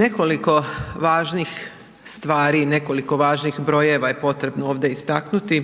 Nekoliko važnih stvari i nekoliko važnih brojeva je potrebno ovdje istaknuti,